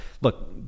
look